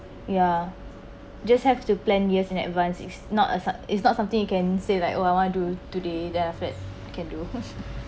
ya just have to planned years in advance is not a su~ is not something you can say like oh I want to do this then after that can do